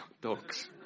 Dogs